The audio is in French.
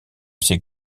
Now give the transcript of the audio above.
ces